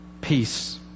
peace